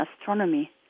astronomy